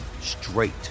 straight